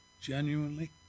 genuinely